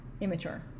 immature